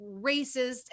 racist